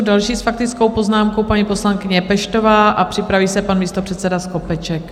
Další s faktickou poznámkou je paní poslankyně Peštová a připraví se pan místopředseda Skopeček.